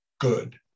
good